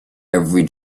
every